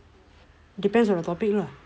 depends on the topic lah